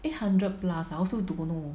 eight hundred plus ah I also don't know